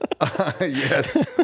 Yes